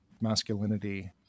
masculinity